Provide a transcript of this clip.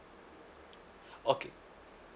okay